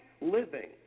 living